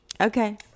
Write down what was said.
Okay